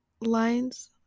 lines